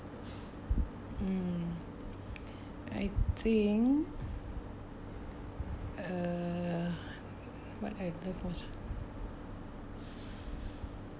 mm I think uh what I love most